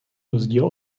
rozdíl